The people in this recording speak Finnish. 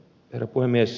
herra puhemies